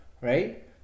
right